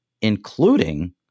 including